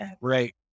right